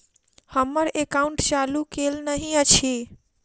हम्मर एकाउंट चालू केल नहि अछि?